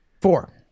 Four